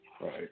right